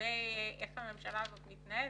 לגבי איך הממשלה הזאת מתנהלת.